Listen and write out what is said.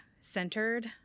centered